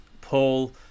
Paul